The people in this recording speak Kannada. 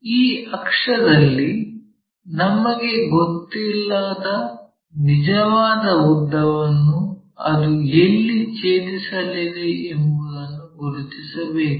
ಈ ಅಕ್ಷದಲ್ಲಿ ನಮಗೆ ಗೊತ್ತಿಲ್ಲದ ನಿಜವಾದ ಉದ್ದವನ್ನು ಅದು ಎಲ್ಲಿ ಛೇದಿಸಲಿದೆ ಎಂಬುದನ್ನು ಗುರುತಿಸಬೇಕು